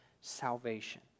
salvation